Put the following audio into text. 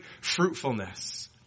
fruitfulness